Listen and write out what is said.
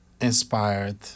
inspired